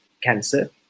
cancer